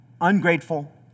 ungrateful